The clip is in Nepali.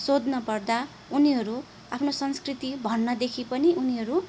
सोध्न पर्दा उनीहरू आफ्नो संस्कृति भन्नदेखि पनि उनीहरू